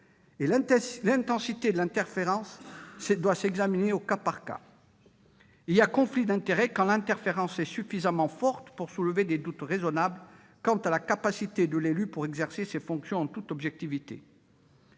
; l'intensité de l'interférence s'examine au cas par cas. Il y a conflit d'intérêts quand l'interférence est suffisamment forte pour soulever des doutes raisonnables quant à la capacité de l'élu d'exercer ses fonctions en toute objectivité.